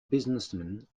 businessman